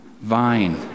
vine